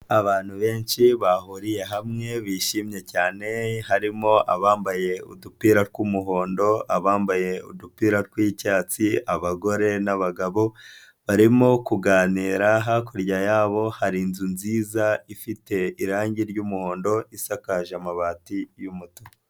Abantu benshi bahuriye hamwe, bishimye cyane, harimo abambaye udupira tw'umuhondo, abambaye udupira tw'icyatsi, abagore n'abagabo, barimo kuganira, hakurya yabo hari inzu nziza, ifite irangi ry'umuhondo, isakaje amabati y'umutuku.